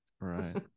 Right